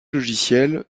logiciels